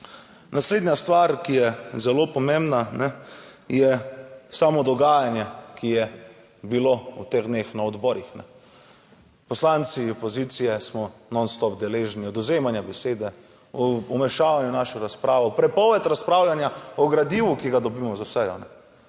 Naslednja stvar, ki je zelo pomembna, je samo dogajanje, ki je bilo v teh dneh na odborih. Poslanci opozicije smo nonstop deležni odvzemanja besede, o vmešavanju v našo razpravo, prepoved razpravljanja o gradivu, ki ga dobimo za sejo